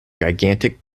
gigantic